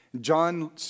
John